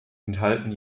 enthalten